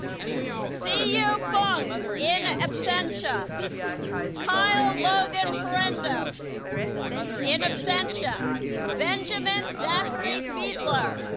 siyu feng in absentia kyle logan ferendo in absentia benjamin zachary fiedler